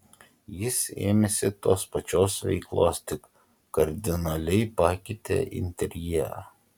jis ėmėsi tos pačios veiklos tik kardinaliai pakeitė interjerą